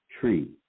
tree